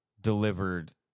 delivered